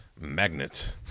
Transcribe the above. Magnet